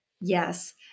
Yes